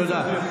תודה.